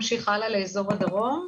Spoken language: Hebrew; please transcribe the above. באזור תל אביב